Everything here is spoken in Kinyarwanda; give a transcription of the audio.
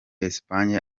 esipanye